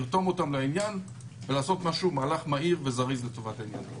לרתום אותם לעניין ולעשות מהלך מהיר וזריז לטובת העניין.